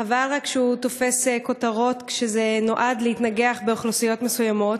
חבל רק שהוא תופס כותרות כשזה נועד להתנגח באוכלוסיות מסוימות.